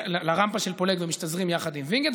הרמפה של פולג ומשתזרים יחד עם וינגייט,